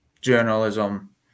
journalism